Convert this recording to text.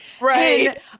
right